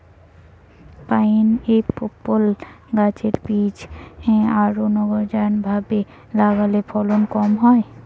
pineapple গাছের বীজ unorganised ভাবে লাগালে ফলন কম হয়